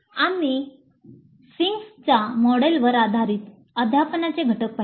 आम्ही फिन्कच्या मॉडेलवर आधारित अध्यापनाचे घटक पाहिले